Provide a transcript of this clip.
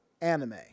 anime